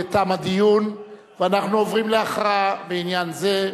תם הדיון, ואנחנו עוברים להכרעה בעניין זה.